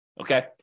Okay